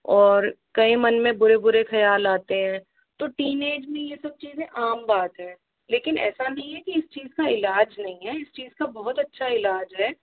और कहीं मन में बुरे बुरे ख्याल आते हैं तो टीन ऐज में ये सब चीज़ें आम बात है लेकिन ऐसा नहीं है कि इस चीज ईलाज नहीं है इस चीज का बहुत अच्छा है इलाज है